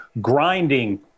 grinding